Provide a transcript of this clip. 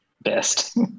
best